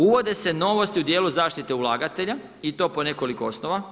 Uvode se novosti u dijelu zaštite ulagatelja i to po nekoliko osnova.